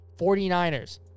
49ers